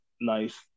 nice